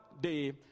day